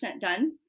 done